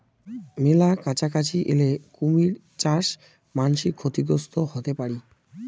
মেলা কাছাকাছি এলে কুমীর চাস মান্সী ক্ষতিগ্রস্ত হতে পারি